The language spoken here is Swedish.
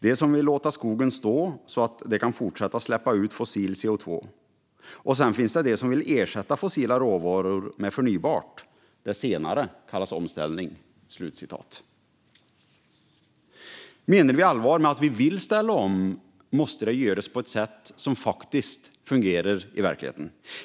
De som vill låta skogen stå så att de kan fortsätta släppa ut fossil CO2 och sen finns de som vill ersätta fossila råvaror med förnybart. Det senare kallas omställning." Menar vi allvar med att vi vill ställa om måste det göras på ett sätt som faktiskt fungerar i verkligheten.